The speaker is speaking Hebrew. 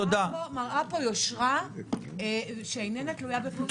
-- מראה פה יושרה שאיננה תלויה בפוזיציה ואובייקטיבית.